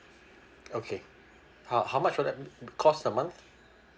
okay how how much will that cost a month